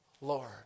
Lord